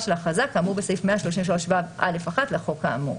של הכרזה כאמור בסעיף 133ו(א1) לחוק האמור.